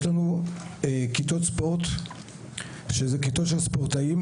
יש לנו כיתות ספורט שזה כיתות של ספורטאים.